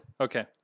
Okay